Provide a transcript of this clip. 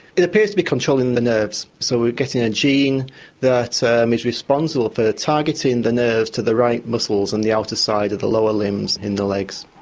it appears to be controlling the nerves. so we're getting a gene that's ah responsible for targeting the nerves to the right muscles and the outer side of the lower limbs in the legs.